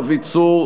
דוד צור,